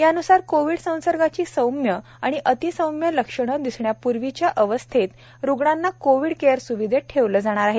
यान्सार COVID संसर्गाची सौम्य आणि अति सौम्य लक्षणं दिसण्यापूर्वीच्या अवस्थेत रुग्णांना कोविड केअर स्विधेत ठेवलं जाणार आहे